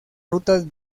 rutas